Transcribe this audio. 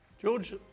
George